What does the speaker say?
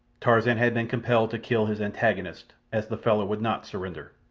tarzan had been compelled to kill his antagonist, as the fellow would not surrender.